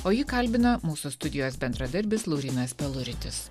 o jį kalbina mūsų studijos bendradarbis laurynas peluritis